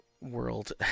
world